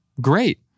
Great